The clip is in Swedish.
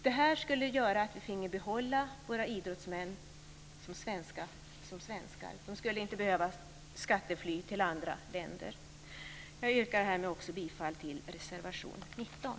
Det här skulle göra att vi finge behålla våra idrottsmän som svenskar. De skulle inte behöva skattefly till andra länder. Jag yrkar härmed också bifall till reservation 19.